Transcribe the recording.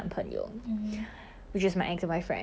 the 那个 china 的 ah orh okay